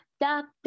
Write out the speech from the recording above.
Doctor